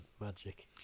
Magic